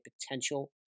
Potential